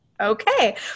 okay